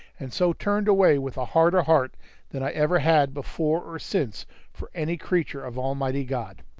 and so turned away with a harder heart than i ever had before or since for any creature of almighty god.